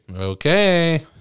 Okay